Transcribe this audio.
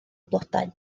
blodau